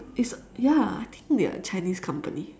it's ya I think they are a Chinese company